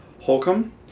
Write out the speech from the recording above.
Holcomb